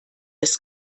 ist